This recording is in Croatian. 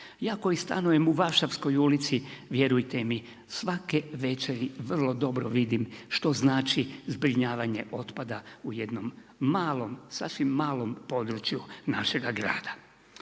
Ja koji stanujem u Varšavskoj ulici, vjerujte mi svake večeri vrlo dobro vidim što znači zbrinjavanje otpada u jednom malom, sasvim malom području našega grada.